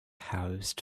housed